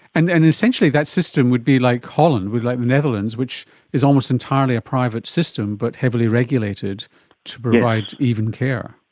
and and essentially that system would be like holland, the like netherlands, which is almost entirely a private system but heavily regulated to provide even care.